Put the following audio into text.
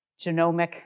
genomic